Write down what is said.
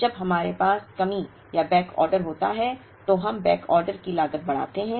जब हमारे पास कमी या बैकऑर्डर होता है तो हम बैकऑर्डर की लागत बढ़ाते हैं